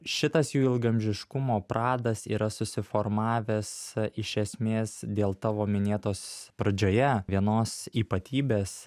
šitas jų ilgaamžiškumo pradas yra susiformavęs iš esmės dėl tavo minėtos pradžioje vienos ypatybės